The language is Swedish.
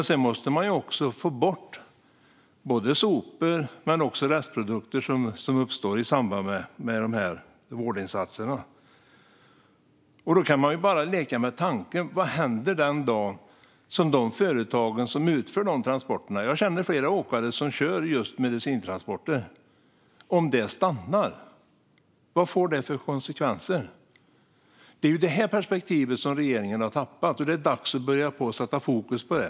De måste också få bort både sopor och restprodukter som uppstår i samband med vårdinsatserna. Jag känner flera åkare som kör medicintransporter. Låt oss leka med tanken vad som händer den dag då de företag som utför dessa transporter stannar. Vad får det för konsekvenser? Det är detta perspektiv som regeringen har tappat, och det är dags att sätta fokus på det.